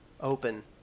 open